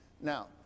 Now